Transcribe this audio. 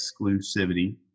exclusivity